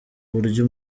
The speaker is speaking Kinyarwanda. buryo